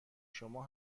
شما